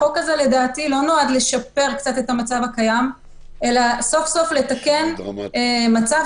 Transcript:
החוק הנוכחי לא נועד לשפר את המצב הקיים אלא סוף-סוף לתקן מצב